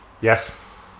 yes